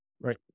Right